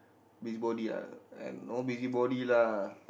busybody ah I no busybody lah